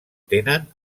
tenen